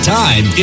time